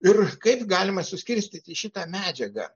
ir kaip galima suskirstyti šitą medžiagą